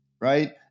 right